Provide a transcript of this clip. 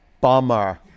bummer